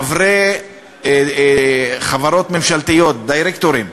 חברי חברות ממשלתיות, דירקטורים,